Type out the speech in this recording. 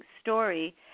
story